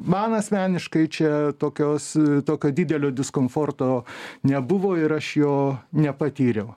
man asmeniškai čia tokios tokio didelio diskomforto nebuvo ir aš jo nepatyriau